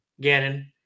Gannon